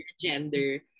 gender